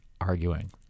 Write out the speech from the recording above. arguing